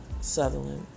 Sutherland